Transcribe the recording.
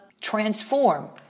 transform